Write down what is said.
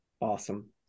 awesome